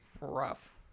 rough